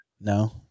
No